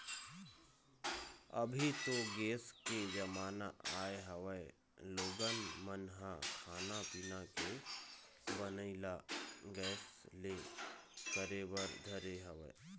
अभी तो गेस के जमाना आय हवय लोगन मन ह खाना पीना के बनई ल गेस ले करे बर धरे हवय